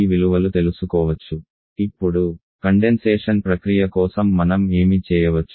విలువలు తెలుసుకోవచ్చు ఇప్పుడు కండెన్సేషన్ ప్రక్రియ కోసం మనం ఏమి చేయవచ్చు